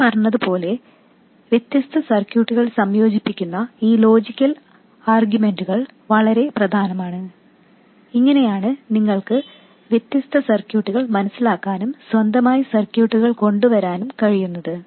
ഞാൻ പറഞ്ഞതുപോലെ വ്യത്യസ്ത സർക്യൂട്ടുകൾ സംയോജിപ്പിക്കുന്ന ഈ ലോജിക്കൽ ആർഗ്യുമെന്റുകൾ വളരെ പ്രധാനമാണ് ഇങ്ങനെയാണ് നിങ്ങൾക്ക് വ്യത്യസ്ത സർക്യൂട്ടുകൾ മനസിലാക്കാനും സ്വന്തമായി സർക്യൂട്ടുകൾ കൊണ്ടുവരാനും കഴിയുന്നത്